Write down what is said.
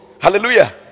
Hallelujah